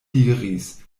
diris